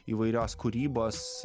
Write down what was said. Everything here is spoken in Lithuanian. įvairios kūrybos